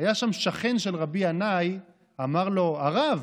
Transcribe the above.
היה שם שכן של רבי ינאי, קפץ, אמר לו, הרב,